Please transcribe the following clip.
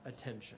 attention